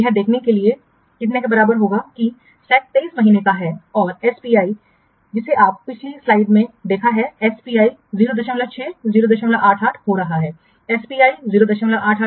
यह देखने के लिए बराबर होगा कि SAC 23 महीने का है और SPI जिसे आपने पिछली स्लाइड में देखा है SPI 06 088 हो रहा है एसपीआई 088